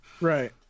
Right